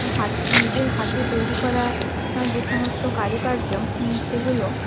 হাত নিজের হাতে তৈরি করা যে সমস্ত কারুকার্য সেগুলো